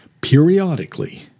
periodically